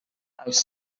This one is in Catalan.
als